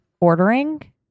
ordering